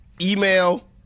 email